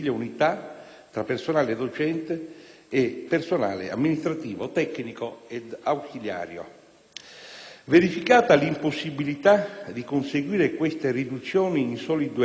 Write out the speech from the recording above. tra personale docente e personale amministrativo, tecnico ed ausiliario (ATA). Verificata l'impossibilità di conseguire queste riduzioni in soli due anni,